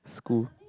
school